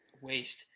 waste